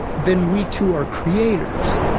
then we, too, are creators.